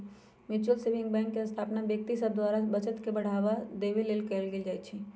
mutual saving bank के स्थापना व्यक्ति सभ द्वारा बचत के बढ़ावा देबे लेल कयल जाइ छइ